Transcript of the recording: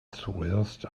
zuerst